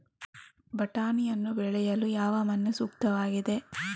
ಬಟಾಣಿಯನ್ನು ಬೆಳೆಯಲು ಯಾವ ಮಣ್ಣು ಸೂಕ್ತವಾಗಿದೆ?